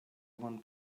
one